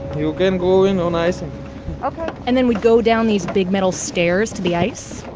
you can go in on ice ok and then we'd go down these big metal stairs to the ice.